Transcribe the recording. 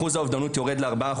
אחוז האובדנות יורד ל-4%,